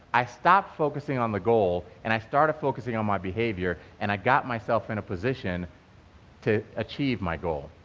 i stopped focusing on the goal and i started focusing on my behavior, and i got myself into and a position to achieve my goal.